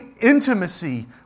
intimacy